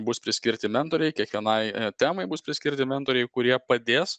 bus priskirti mentoriai kiekvienai temai bus priskirti mentoriai kurie padės